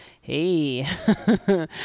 Hey